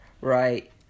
Right